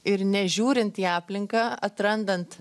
ir nežiūrint į aplinką atrandant